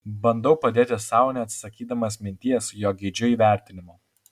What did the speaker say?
bandau padėti sau neatsisakydamas minties jog geidžiu įvertinimo